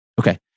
Okay